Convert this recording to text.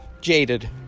Jaded